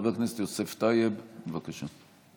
חבר הכנסת יוסף טייב, בבקשה.